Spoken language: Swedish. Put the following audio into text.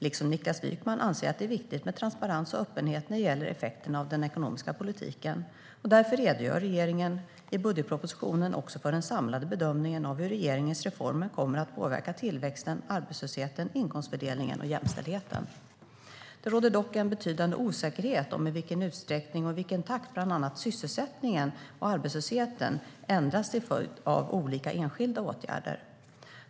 Liksom Niklas Wykman anser jag att det är viktigt med transparens och öppenhet när det gäller effekterna av den ekonomiska politiken. Därför redogör regeringen i budgetpropositionen också för den samlade bedömningen av hur regeringens reformer kommer att påverka tillväxten, arbetslösheten, inkomstfördelningen och jämställdheten. Det råder dock en betydande osäkerhet om i vilken utsträckning och i vilken takt bland annat sysselsättningen och arbetslösheten ändras till följd av olika enskilda åtgärder.